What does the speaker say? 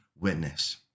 witness